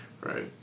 right